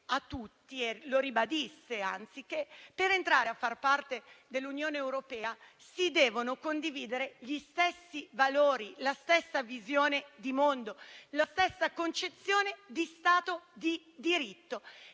a tutti - e lo ribadisse - che per entrare a far parte dell'Unione europea si devono condividere gli stessi valori, la stessa visione di mondo e la stessa concezione di Stato di diritto.